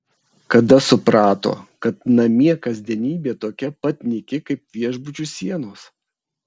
kada suprato kad namie kasdienybė tokia pat nyki kaip viešbučių sienos